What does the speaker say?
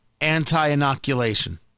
anti-inoculation